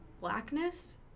blackness